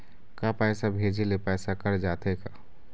का पैसा भेजे ले पैसा कट जाथे का?